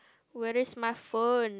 where is my phone